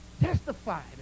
testified